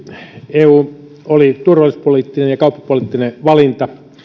eu oli turvallisuuspoliittinen ja kauppapoliittinen valinta